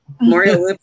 Mario